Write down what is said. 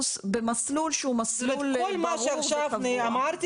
מבחינתי זה עמדה